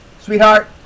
sweetheart